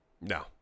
No